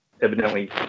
evidently